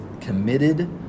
committed